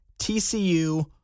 TCU